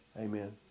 amen